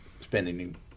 spending